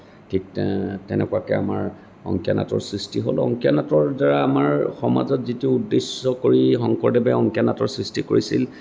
ঠিক তেনেকুৱাকৈ আমাৰ অংকীয়া নাটৰ সৃষ্টি হ'ল অংকীয়া নাটৰ দ্বাৰা আমাৰ সমাজত যিটো উদ্দেশ্য কৰি শংকৰদেৱে অংকীয়া নাটৰ সৃষ্টি কৰিছিল